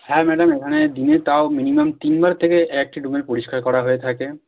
হ্যাঁ ম্যাডাম এখানে দিনে তাও মিনিমাম তিন বার থেকে এক একটি রুমের পরিষ্কার করা হয়ে থাকে